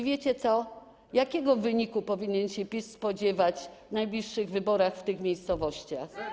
Wiecie, jakiego wyniku powinien spodziewać się PiS w najbliższych wyborach w tych miejscowościach?